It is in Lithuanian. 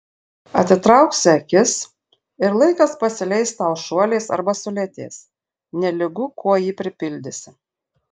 atitrauksi akis ir laikas pasileis tau šuoliais arba sulėtės nelygu kuo jį pripildysi